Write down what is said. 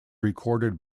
recorded